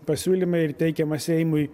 pasiūlymai ir teikiama seimui